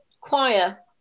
choir